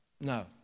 No